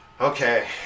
Okay